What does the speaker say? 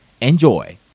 enjoy